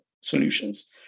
solutions